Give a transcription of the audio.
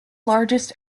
largest